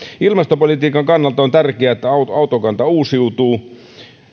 ilmastopolitiikan kannalta on tärkeää että autokanta uusiutuu